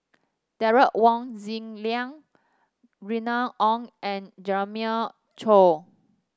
Derek Wong Zi Liang Remy Ong and Jeremiah Choy